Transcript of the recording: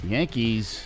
Yankees